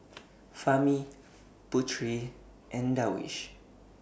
Fahmi Putri and Darwish